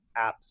apps